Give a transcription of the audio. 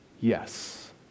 Yes